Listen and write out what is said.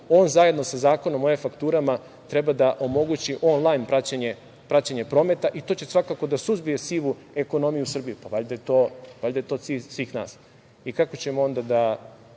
On zajedno sa zakonom o e-fakturama treba da omogući onlajn praćenje prometa, i to će svakako da suzbije sivu ekonomiju u Srbiji. Valjda je to cilj svih nas. Kako ćemo onda da